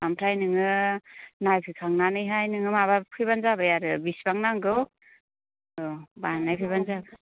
ओमफ्राय नोङो नायफैखांनानैहाय नोङो माबा फैबानो जाबाय आरो बिसिबां नांगौ औ बानायफैबानो जाबाय